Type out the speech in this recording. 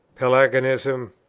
pelagianism,